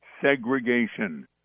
Segregation